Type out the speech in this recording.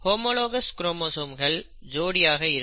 homologous குரோமோசோம்கள் ஜோடியாக இருக்கும்